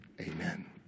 Amen